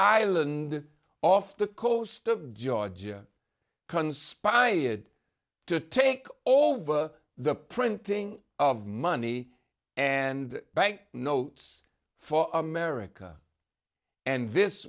island off the coast of georgia conspired to take over the printing of money and bank notes for america and this